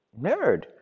nerd